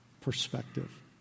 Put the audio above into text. perspective